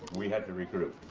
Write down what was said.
we had to recruit.